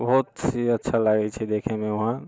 बहुत चीज अच्छा लागैत छै देखैमे वहाँ